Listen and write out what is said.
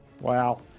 wow